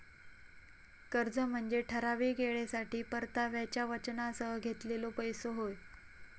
कर्ज म्हनजे ठराविक येळेसाठी परताव्याच्या वचनासह घेतलेलो पैसो होय